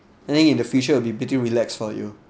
I think in the future will be pretty relax for you